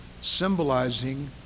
Symbolizing